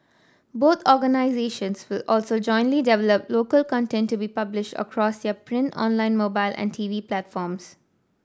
both organisations will also jointly develop local content to be published across their print online mobile and T V platforms